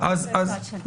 עד שנה.